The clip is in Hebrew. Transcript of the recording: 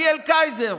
ליאל קייזר,